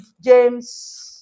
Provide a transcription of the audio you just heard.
James